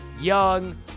young